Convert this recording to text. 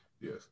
Yes